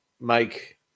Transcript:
make